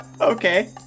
okay